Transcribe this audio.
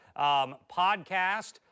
podcast